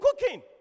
cooking